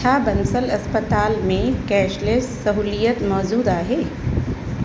छा बंसल अस्पताल में कैशलेस सहूलियत मौजूदु आहे